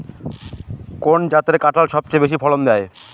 কোন জাতের কাঁঠাল সবচেয়ে বেশি ফলন দেয়?